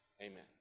Amen